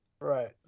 right